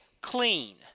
clean